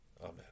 Amen